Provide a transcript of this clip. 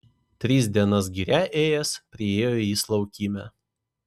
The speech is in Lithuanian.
tris dienas giria ėjęs priėjo jis laukymę